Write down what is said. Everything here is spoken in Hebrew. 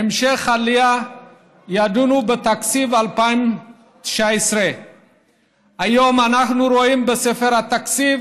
בהמשך העלייה ידונו בתקציב 2019. היום אנחנו רואים בספר התקציב